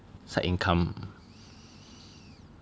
side income